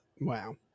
Wow